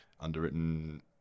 underwritten